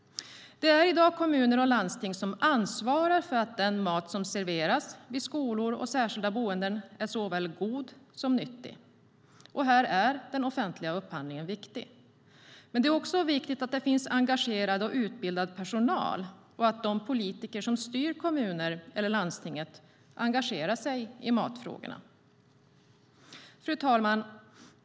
Det är i dag kommuner och landsting som ansvarar för att den mat som serveras vid skolor och särskilda boenden är såväl god som nyttig. Här är den offentliga upphandlingen viktig. Men det är också viktigt att det finns engagerad och utbildad personal och att de politiker som styr kommunen eller landstinget engagerar sig i matfrågorna. Fru talman!